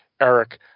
Eric